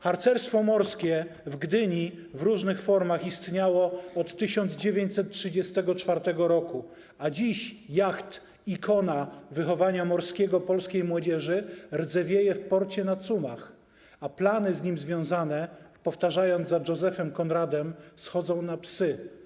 Harcerstwo morskie w Gdyni w różnych formach istniało od 1934 r., a dziś jacht - ikona wychowania morskiego polskiej młodzieży rdzewieje w porcie na cumach, a plany z nim związane, powtarzając za Josephem Conradem, schodzą na psy.